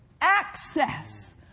access